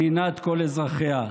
מדינת כל אזרחיה.